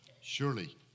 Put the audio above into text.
Surely